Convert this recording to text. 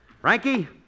Frankie